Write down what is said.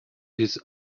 his